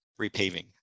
repaving